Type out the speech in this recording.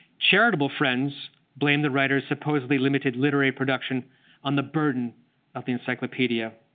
charitable friends blamed the writer's supposedly limited literary production on the burden of the encyclopedie. ah